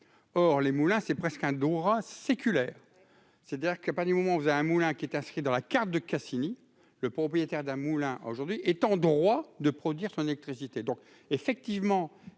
or les Moulins, c'est presque un Dora séculaire, c'est-à-dire que pas du moment où vous à un moulin qui est inscrit dans la carte de Cassini, le propriétaire d'un moulin aujourd'hui est en droit de produire son électricité,